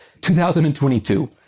2022